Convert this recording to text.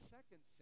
Second